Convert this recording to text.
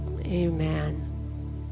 Amen